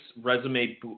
resume